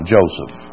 Joseph